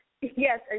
Yes